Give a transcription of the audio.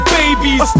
babies